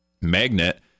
magnet